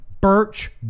Birch